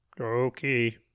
Okay